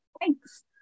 thanks